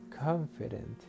confident